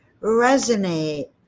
resonate